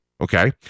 Okay